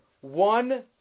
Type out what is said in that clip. one